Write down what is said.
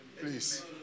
Please